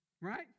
right